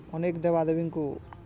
ଅନେକ ଦେବା ଦେବୀଙ୍କୁ